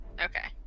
Okay